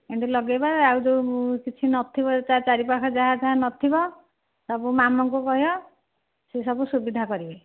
ଏମିତି ଲଗେଇବା ଆଉ ଯାହା କିଛି ନଥିବ ତା' ଚାରି ପାେଖ ଯାହା ଯାହାନଥିବ ସବୁ ମାମୁଁଙ୍କୁ କହିବା ସେ ସବୁ ସୁବିଧା କରିବେ